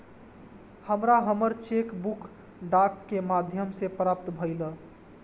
हमरा हमर cheque book डाक के माध्यम से प्राप्त भईल